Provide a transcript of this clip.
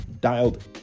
dialed